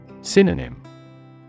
Synonym